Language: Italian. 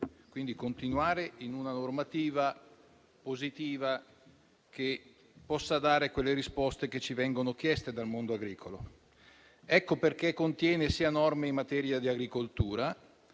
quindi continuare in una normativa positiva che possa dare le risposte che ci vengono chieste dal mondo agricolo. Per questa ragione esso contiene sia norme in materia di agricoltura